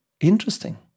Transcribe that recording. interesting